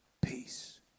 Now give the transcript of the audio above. peace